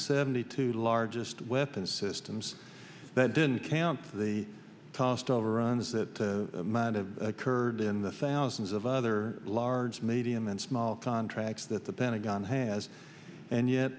seventy two largest weapons systems that didn't count the cost overruns that amount of occurred in the thousands of other large medium and small contracts that the pentagon has and yet